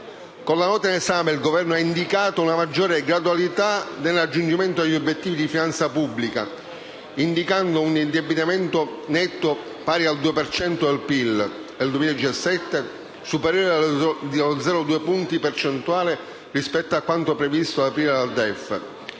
Con la nota in esame, il Governo ha indicato una maggiore gradualità nel raggiungimento degli obiettivi di finanza pubblica, indicando un indebitamento netto pari al 2 per cento del PIL per il 2017, superiore di 0,2 punti percentuali rispetto a quanto previsto ad aprile nel DEF,